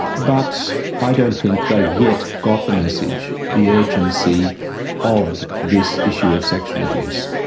but i don't think they have yet got the message, the urgency of this issue of sexual abuse.